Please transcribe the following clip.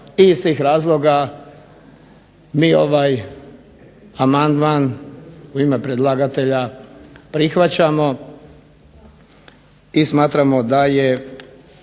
I iz tih razloga mi ovaj amandman u ime predlagatelja prihvaćamo i smatramo da je